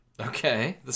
Okay